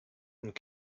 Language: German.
und